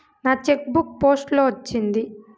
నా cheque book post లో వచ్చింది